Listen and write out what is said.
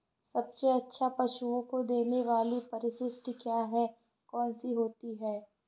सबसे अच्छा पशुओं को देने वाली परिशिष्ट क्या है? कौन सी होती है?